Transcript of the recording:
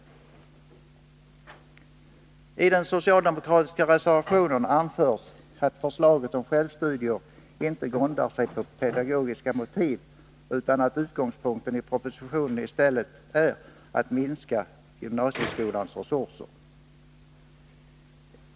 I den socialdemokratiska reservationen på denna punkt anförs att förslaget om självstudier inte grundar sig på pedagogiska motiv, utan att utgångspunkten i propositionen i stället är att minska gymnasieskolans resurser.